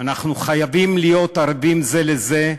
אנחנו חייבים להיות ערבים זה לזה,